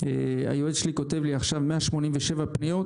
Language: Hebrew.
היועץ שלי כותב לי עכשיו 187 פניות,